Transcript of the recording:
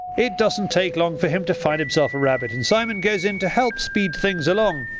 it doesn't take long for him to find himself a rabbit and simon goes in to help speed things along.